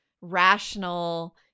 rational